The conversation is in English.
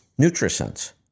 NutriSense